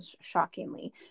shockingly